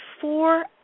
four